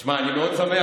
תשמע, אני מאוד שמח.